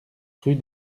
rue